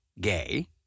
gay